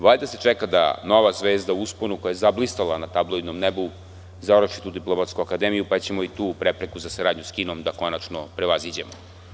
Valjda se čeka da nova zvezda u usponu, koja je zablistala na tabloidnom nebu, završi tu diplomatsku akademiju, pa ćemo i tu prepreku za saradnju s Kinom da konačno prevaziđemo.